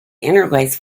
interlaced